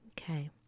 Okay